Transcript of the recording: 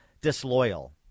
disloyal